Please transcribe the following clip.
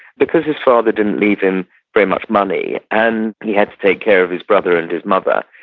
because his father didn't leave him very much money and he had to take care of his brother and his mother,